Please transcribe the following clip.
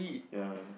ya